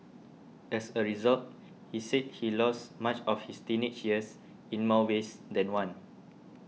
as a result he said he lost much of his teenage years in more ways than one